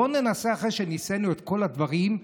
אחרי שניסינו את כל הדברים,